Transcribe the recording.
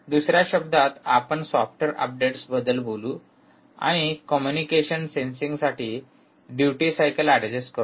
दुसर्या शब्दांत आपण सॉफ्टवेअर अपडेट्सबद्दल बोलू आणि कम्युनिकेशन सेन्सिंगसाठी डयुटी सायकल ऍडजस्ट करतो